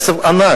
וזה כסף ענק,